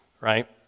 right